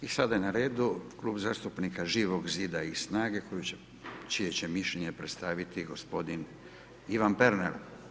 I sada je na radu Klub zastupnika Živog zida i SNAGA-e čije će mišljenje predstaviti gospodin Ivan Pernar.